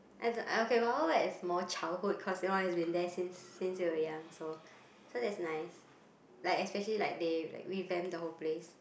as in uh okay Wild-Wild-Wet is more childhood cause you know it's been there since since we were young so so that's nice like especially like they like revamped the whole place